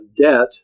debt